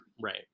Right